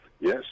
Yes